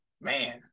man